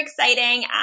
exciting